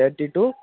thirty two